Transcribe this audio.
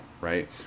right